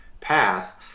path